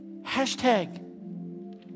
Hashtag